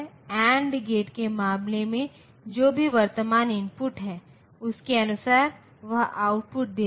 AND gate के मामले में जो भी वर्तमान इनपुट है उसके अनुसार वह आउटपुट देता है